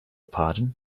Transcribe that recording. pardon